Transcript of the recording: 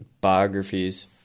Biographies